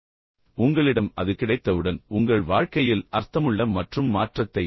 இப்போது உங்களிடம் அது கிடைத்தவுடன் உங்கள் வாழ்க்கையில் அர்த்தமுள்ள மற்றும் மாற்றத்தை